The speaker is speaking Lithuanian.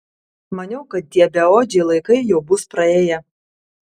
maniau kad tie beodžiai laikai jau bus praėję